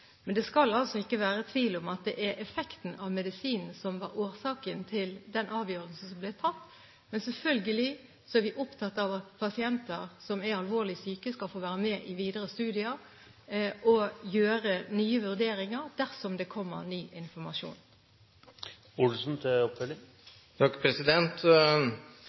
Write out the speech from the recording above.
Det skal ikke være tvil om at det er effekten av medisinen som var årsaken til den avgjørelsen som ble tatt, men selvfølgelig er vi opptatt av at pasienter som er alvorlig syke, skal få være med i videre studier, og man vil gjøre nye vurderinger dersom det kommer ny informasjon.